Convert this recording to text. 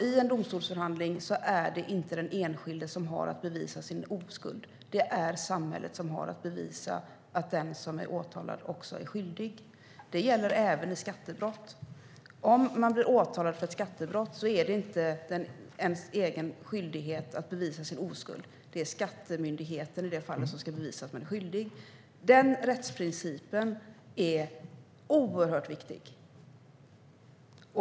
I en domstolsförhandling är det inte den enskilde som har att bevisa sin oskuld. Det är samhället som har att bevisa att den som är åtalad också är skyldig. Det gäller även vid skattebrott. Om man blir åtalad för ett skattebrott är det inte ens egen skyldighet att bevisa sin oskuld. Det är Skattemyndigheten, i det fallet, som ska bevisa att man är skyldig. Denna rättsprincip är oerhört viktig.